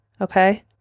Okay